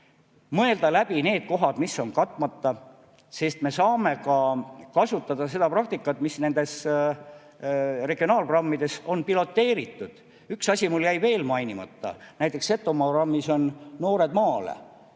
mõelda läbi need kohad, mis on katmata, siis me saame kasutada seda praktikat, mida nende regionaalprogrammide puhul on piloteeritud. Üks asi mul jäi mainimata. Näiteks Setomaa programmi "Noored maale"